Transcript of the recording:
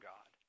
God